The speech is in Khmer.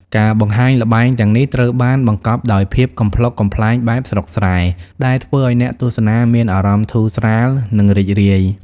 ការបង្ហាញល្បែងទាំងនេះត្រូវបានបង្កប់ដោយ ភាពកំប្លុកកំប្លែងបែបស្រុកស្រែ ដែលធ្វើឲ្យអ្នកទស្សនាមានអារម្មណ៍ធូរស្រាល និងរីករាយ។